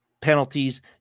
penalties